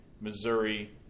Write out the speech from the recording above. Missouri